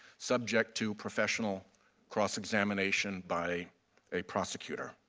subject to professional cross-examination by a prosecutor.